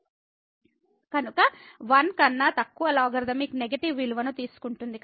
కాబట్టి 1 కన్నా తక్కువ లోగరిథమిక్ నెగెటివ్ విలువను తీసుకుంటుంది